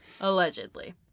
Allegedly